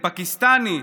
פקיסטני,